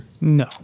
No